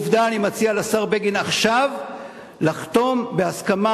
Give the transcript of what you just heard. ועובדה שאני מציע לשר בגין עכשיו לחתום בהסכמה